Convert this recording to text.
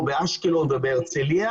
באשקלון ובהרצליה